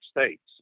States